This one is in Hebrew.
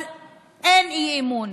אז אין אי-אמון.